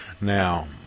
Now